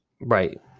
Right